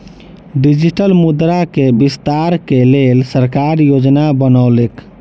digital मुद्रा के विस्तार के लेल सरकार योजना बनौलक